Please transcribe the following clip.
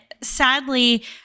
sadly